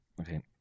okay